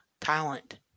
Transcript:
talent